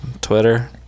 Twitter